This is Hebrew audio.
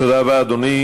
תודה רבה, אדוני.